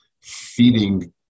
feeding